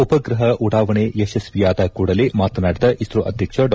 ಉಪ್ರಪ ಉಡಾವಣೆ ಯಶಸ್ವಿಯಾದ ಕೂಡಲೇ ಮಾತನಾಡಿದ ಇಸ್ತೋ ಅಧ್ಯಕ್ಷ ಡಾ